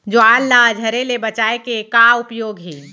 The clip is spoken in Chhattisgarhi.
ज्वार ला झरे ले बचाए के का उपाय हे?